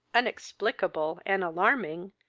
inexplicable, and alarming,